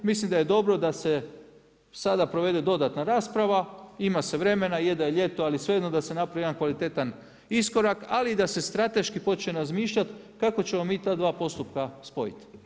Mislim da je dobro da se sada provede dodatna rasprava, ima se vremena, je da je ljeto, ali svejedno da se napravi jedan kvalitetan iskorak ali da se strateški počne razmišljati kako ćemo mi ta dva postupka spojiti.